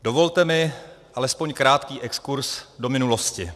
Dovolte mi alespoň krátký exkurz do minulosti.